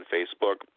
Facebook